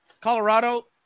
Colorado